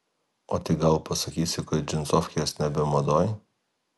o tai gal pasakysi kad džinsofkės nebe madoj